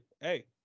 hey